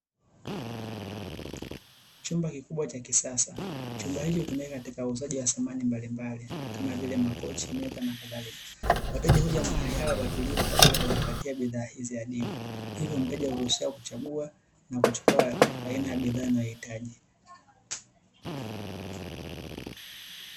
Chumba kikubwa cha kisasa, chumba hicho hutumika katika uuzaji wa samani mbalimbali kama vile: makochi, meza na kadhalika. Wateja huja mahali hapa kwa tulivu, kwa ajili ya kujipatia bidhaa hizi adimu. Hivyo mteja uruhusiwa kuchagua na kuchukua aina ya bidhaa anayoihitaji.